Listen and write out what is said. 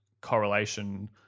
correlation